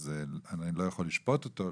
אז אני לא יכול לשפוט אותו,